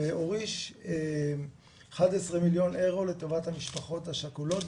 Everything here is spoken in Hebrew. והוריש 11 מיליון אירו לטובת המשפחות השכולות,